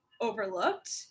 overlooked